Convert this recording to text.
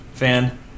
fan